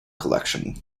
collection